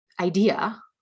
idea